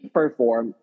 perform